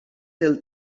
del